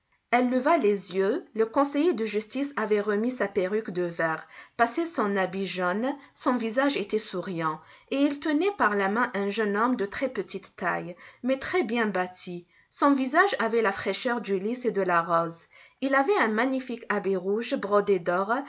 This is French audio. elle leva les yeux le conseiller de justice avait remis sa perruque de verre passé son habit jaune son visage était souriant et il tenait par la main un jeune homme de très-petite taille mais très-bien bâti son visage avait la fraîcheur du lis et de la rose il avait un magnifique habit rouge brodé d'or